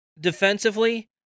defensively